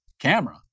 camera